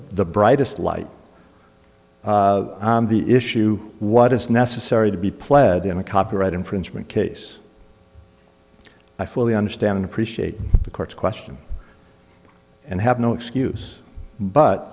the brightest light on the issue what is necessary to be pled in a copyright infringement case i fully understand and appreciate the court's question and have no excuse but